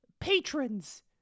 patrons